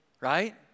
right